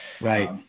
Right